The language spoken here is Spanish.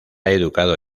educado